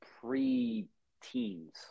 pre-teens